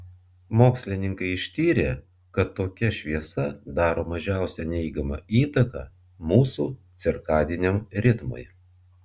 mokslininkai ištyrė kad tokia šviesa daro mažiausią neigiamą įtaką mūsų cirkadiniam ritmui